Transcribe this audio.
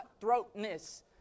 cutthroatness